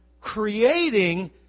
creating